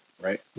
right